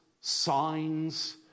signs